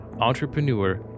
entrepreneur